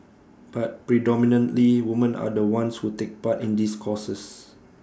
but predominantly women are the ones who take part in these courses